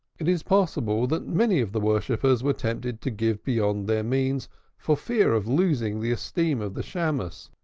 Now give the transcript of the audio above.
it is possible that many of the worshippers were tempted to give beyond their means for fear of losing the esteem of the shammos